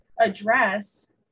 address